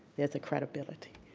there's a credibility.